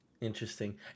Interesting